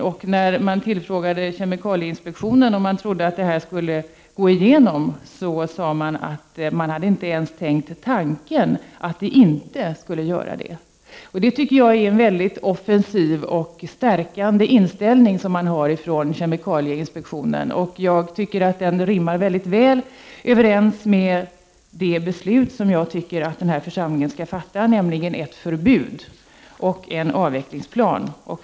När representanter från kemikalieinspektionen blev tillfrågade om de trodde att beslutet skulle gå igenom sade de att de inte ens hade tänkt tanken att beslutet inte skulle gå igenom. Jag anser att den inställning som kemikalieinspektionen har är mycket offensiv och stärkande. Den rimmar mycket väl med det beslut som jag anser att denna församling bör fatta, nämligen ett beslut om ett förbud och en avvecklingsplan.